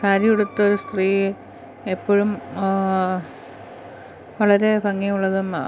സാരി ഉടുത്തൊരു സ്ത്രീ എപ്പോഴും വളരേ ഭംഗിയുള്ളതും